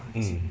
mm